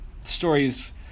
stories